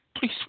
Please